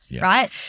right